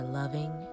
loving